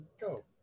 go